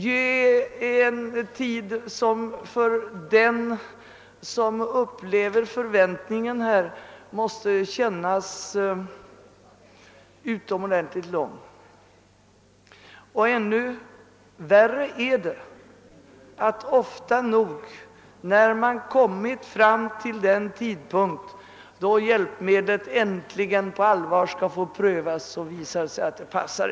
Förväntningarna gör att den tiden måste kännas extra lång. En annan och ännu värre besvikelse är om hjälpmedlet när det äntligen på allvar skall provas visar sig inte passa.